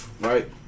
right